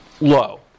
low